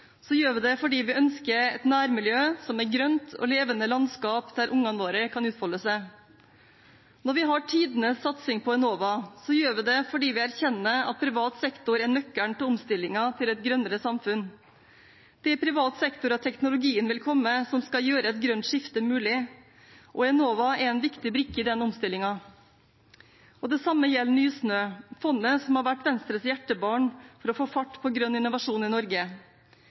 gjør vi det fordi vi ønsker et nærmiljø som er grønt, og levende landskap der ungene våre kan utfolde seg. Når vi har tidenes satsing på Enova, gjør vi det fordi vi erkjenner at privat sektor er nøkkelen til omstillingen til et grønnere samfunn. Det er i privat sektor at teknologien vil komme som skal gjøre et grønt skifte mulig, og Enova er en viktig brikke i den omstillingen. Det samme gjelder Nysnø, fondet som har vært Venstres hjertebarn for å få fart på grønn innovasjon i Norge.